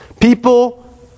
People